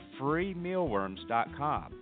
freemealworms.com